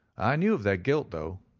i knew of their guilt though,